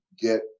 get